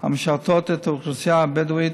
המשרתות את האוכלוסייה הבדואית.